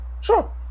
Sure